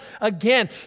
again